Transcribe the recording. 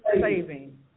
saving